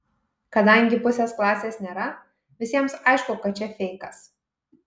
kadangi pusės klasės nėra visiems aišku kad čia feikas